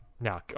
No